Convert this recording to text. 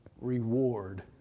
reward